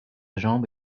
jambe